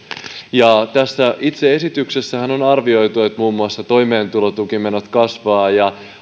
tässä itse esityksessähän on arvioitu että muun muassa toimeentulotukimenot kasvavat ja